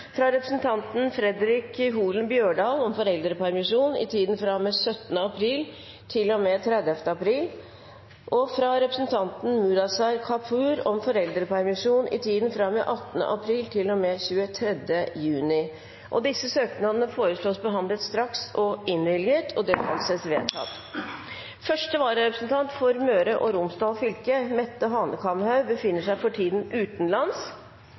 fra representanten Fredric Holen Bjørdal om foreldrepermisjon i tiden fra og med 17. april til og med 30. april fra representanten Mudassar Kapur om foreldrepermisjon i tiden fra og med 17. april til og med 23. juni Disse søknader foreslås behandlet straks og innvilget. – Det anses vedtatt. Første vararepresentant for Møre og Romsdal fylke, Mette Hanekamhaug , befinner seg for tiden utenlands